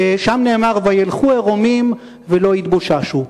ששם נאמר: וילכו ערומים ולא התבוששו.